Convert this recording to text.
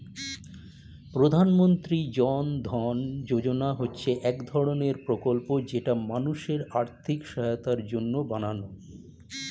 প্রধানমন্ত্রী জন ধন যোজনা হচ্ছে এক ধরণের প্রকল্প যেটি মানুষের আর্থিক সহায়তার জন্য বানানো